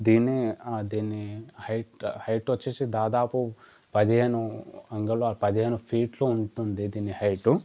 దీన్ని దీన్ని height height వచ్చేసి దాదాపు పదిహేను అంగుళాలు పదిహేను ఫీట్లు ఉంటుంది దీని హైటు